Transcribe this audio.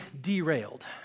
derailed